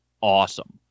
awesome